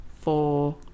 four